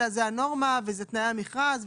אלא זה הנורמה וזה תנאי המכרז וכו'.